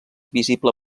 visible